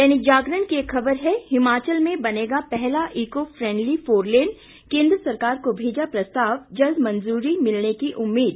दैनिक जागरण की एक ख़बर है हिमाचल में बनेगा पहला इको फ्रैंडली फोरलेन केंद्र सरकार को भेजा प्रस्ताव जल्द मंजूरी मिलने की उम्मीद